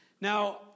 Now